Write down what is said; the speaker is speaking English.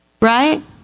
right